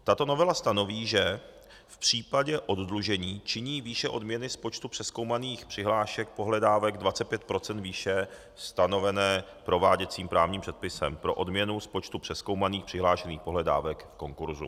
Tato novela stanoví, že v případě oddlužení činí výše odměny z počtu přezkoumaných přihlášek pohledávek 25 % výše stanovené prováděcím právním předpisem pro odměnu z počtu přezkoumaných přihlášených pohledávek v konkurzu.